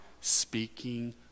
speaking